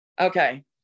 Okay